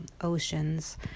Oceans